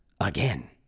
Again